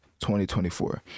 2024